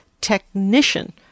technician